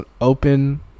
open